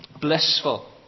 Blissful